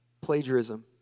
plagiarism